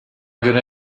göre